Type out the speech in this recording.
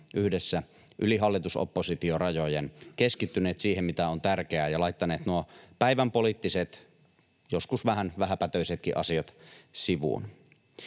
yhdessä yli hallitus—oppositio-rajojen, keskittyneet siihen, mikä on tärkeää, ja laittaneet nuo päivänpoliittiset, joskus vähän vähäpätöisetkin asiat sivuun.